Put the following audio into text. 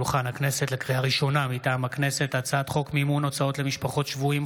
וק מימון הוצאות למשפחות שבויים,